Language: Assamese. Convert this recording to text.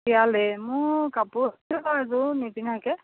বিয়ালৈ মোৰ কাপোৰ এযোৰ নিপিন্ধাকৈ